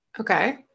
Okay